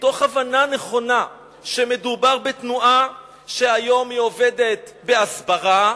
מתוך הבנה נכונה שמדובר בתנועה שהיום היא עובדת בהסברה,